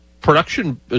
production